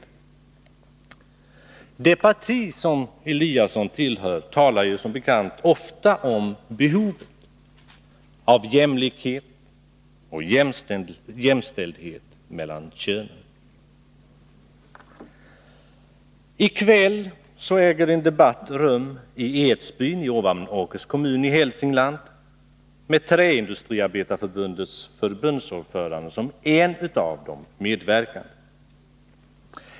Det parti som Ingemar Eliasson tillhör talar ju ofta om behovet av jämlikhet och jämställdhet mellan könen. I kväll äger en debatt rum i Edsbyn i Ovanåkers kommun i Hälsingland med Träindustriarbetareförbundets förbundsordförande som en av de medverkande.